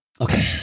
Okay